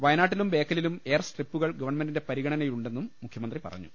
വയനാട്ടിലും ബേക്കലിലും എയർ സ്ട്രിപ്പുകൾ ഗവൺമെന്റിന്റെ പരിഗണനയിലുണ്ടെന്നും മുഖ്യമന്ത്രി പറഞ്ഞു